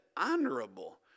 honorable